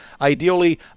ideally